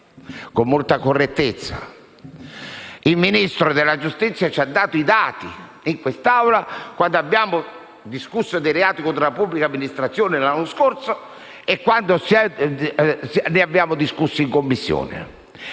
con molta correttezza. Il Ministro della giustizia ci ha fornito i dati in questa Assemblea, quando abbiamo discusso dei reati contro la pubblica amministrazione l'anno scorso e quando ne abbiamo discusso in Commissione.